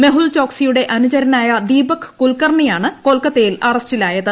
മെഹുൽ ചോക്സിയുടെ അനുചരനായ ദീപക് കുൽക്കർണിയാണ് കൊൽക്കത്തയിൽ അറസ്റ്റിലായത്